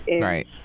Right